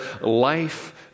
life